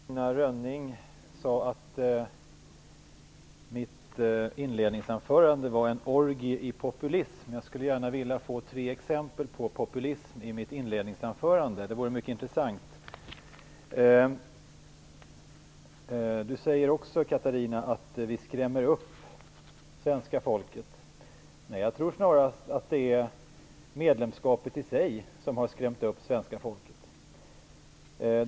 Herr talman! Catarina Rönnung sade att mitt inledningsanförande var en orgie i populism. Jag skulle gärna vilja få tre exempel på populism i mitt inledningsanförande. Det vore mycket intressant. Catarina Rönnung säger också att vi skrämmer upp svenska folket. Nej, jag tror snarast att det är medlemskapet i sig som har skrämt upp svenska folket.